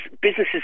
businesses